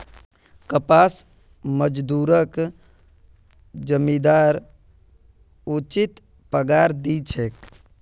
कपास मजदूरक जमींदार उचित पगार दी छेक